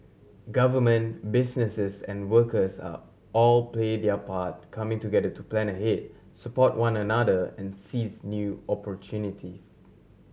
government businesses and workers are all play their part coming together to plan ahead support one another and seize new opportunities